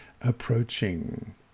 approaching